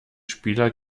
spieler